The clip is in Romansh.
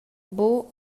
buca